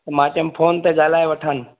त मां चयुमि फोन ते ॻाल्हाए वठनि